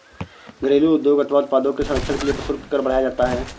घरेलू उद्योग अथवा उत्पादों के संरक्षण के लिए प्रशुल्क कर बढ़ाया जाता है